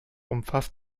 umfasst